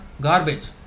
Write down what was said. garbage